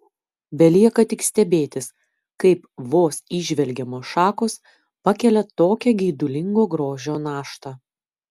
belieka tik stebėtis kaip vos įžvelgiamos šakos pakelia tokią geidulingo grožio naštą